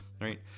right